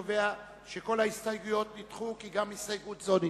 רבותי חברי הכנסת, בעמוד 22 לחוברת.